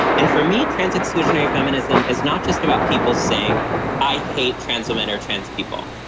and for me, trans exclusionary feminism is not just about people saying i hate transwoman or trans people.